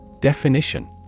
Definition